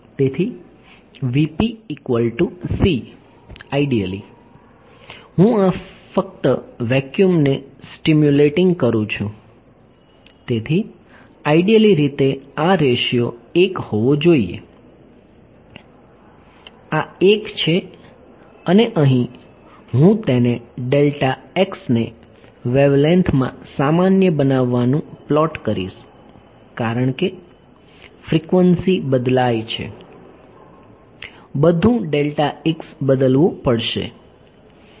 તેથી આઇડિયલી હું ફક્ત વેક્યૂમ ને સ્ટીમ્યુલેટિંગ કરું છું તેથી આઇડિયલી રીતે આ રેશિયો 1 હોવો જોઈએ આ 1 છે અને અહીં હું તેને ને વેવલેન્થ માં સામાન્ય બનાવવાનું પ્લોટ કરીશ કારણ કે ફ્રિક્વન્સી બદલાય છે બધું બદલવું પડશે